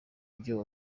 ibyo